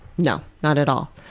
no. not at all.